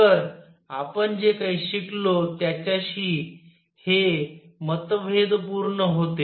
तर आपण जे काही शिकलो त्याच्याशी ही हे मतभेदपूर्ण होते